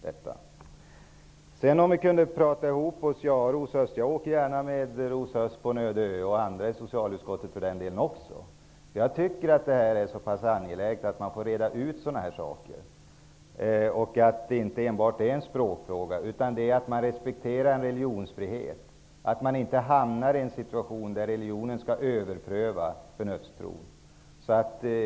Om vi sedan kunde prata ihop oss åker jag gärna med Rosa Östh till en öde ö, och för den delen med andra i socialutskottet också. Jag tycker att det är så pass angeläget att man får reda ut sådana här saker. Det är inte enbart en språkfråga. Det innebär att man respekterar en religionsfrihet, att man inte hamnar i en situation där religionen skall överpröva förnuftstron.